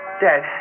Dad